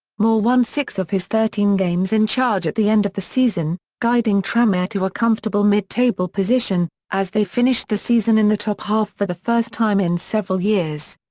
moore won six of his thirteen games in charge at the end of the season, guiding tranmere to a comfortable mid-table position, as they finished the season in the top half for the first time in several years.